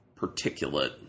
particulate